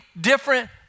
different